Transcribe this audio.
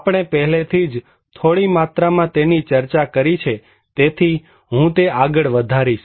આપણે પહેલેથી જ થોડી માત્રામાં તેની ચર્ચા કરી છે તેથી હું તે આગળ વધારીશ